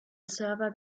server